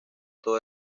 todo